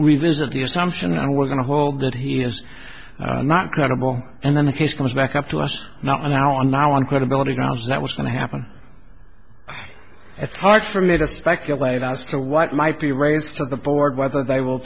revisit the assumption and we're going to hold that he is not credible and then the case comes back up to us now on our own credibility grounds that was going to happen it's hard for me to speculate as to what might be raised to the board whether they will